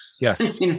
Yes